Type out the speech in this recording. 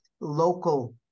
local